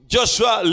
Joshua